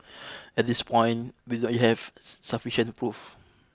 at this point we do not have sufficient proof